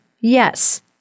yes